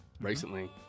Recently